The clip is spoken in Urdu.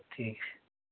ٹھیک